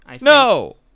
No